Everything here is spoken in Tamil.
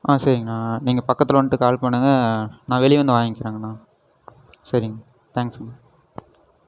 ஆ சரிங்ணா நீங்கள் பக்கத்தில் வந்துட்டு கால் பண்ணுங்க நான் வெளியே வந்து வாங்கிறேங்ணா சரிங் தேங்க்ஸ்ங்க